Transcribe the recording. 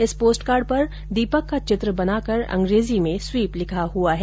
इस पोस्टकार्ड पर दीपक का चित्र बनाकर अंग्रेजी में स्वीप लिखा हुआ है